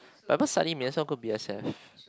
Bible studies may as well go B_S_F